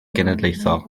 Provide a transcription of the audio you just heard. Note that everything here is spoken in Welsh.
genedlaethol